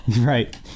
Right